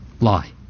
lie